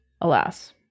alas